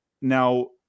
Now